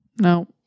No